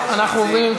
אנחנו עוברים,